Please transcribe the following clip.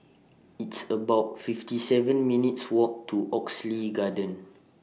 It's about fifty seven minutes' Walk to Oxley Garden